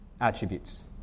attributes